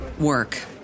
work